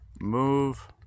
move